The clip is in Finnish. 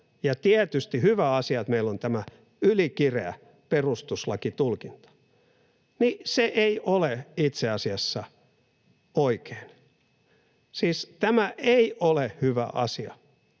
ja tietysti hyvä asia, että meillä on tämä ylikireä perustuslakitulkinta, ei ole itse asiassa oikein. Siis tämä ei ole hyvä asia.